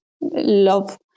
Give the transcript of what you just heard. love